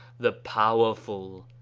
the powerful,